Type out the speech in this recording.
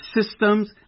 systems